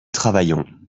travaillons